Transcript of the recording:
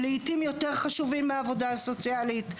לעתים יותר חשובים מהעבודה הסוציאלית.